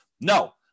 no